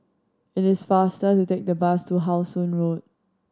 it is faster to take the bus to How Sun Road